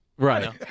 Right